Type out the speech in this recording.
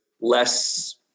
less